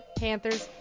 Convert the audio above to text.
panthers